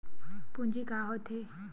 पूंजी का होथे?